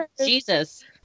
jesus